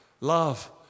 love